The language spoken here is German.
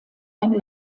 ein